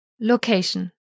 Location